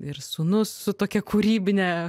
ir sūnus su tokia kūrybine